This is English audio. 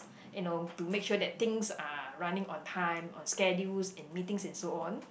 you know to make sure that things are running on time on schedules in meetings and so on